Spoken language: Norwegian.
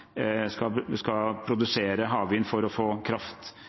skal produsere havvind for å få kraft